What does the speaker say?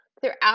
throughout